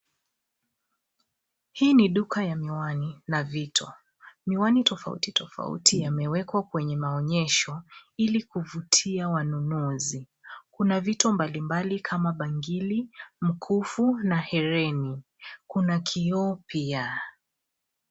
Hii ni duka ya miwani na vito. Miwani tofautitofauti yamewekwa kwenye maonyesho ili kuvutia wanunuzi. Kuna vito mbalimbali kama bangili, mkufu na hereni. Kuna kioo pia.